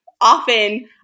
often